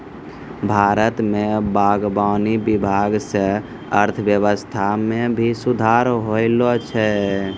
भारत मे बागवानी विभाग से अर्थव्यबस्था मे भी सुधार होलो छै